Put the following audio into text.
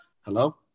Hello